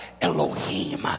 Elohim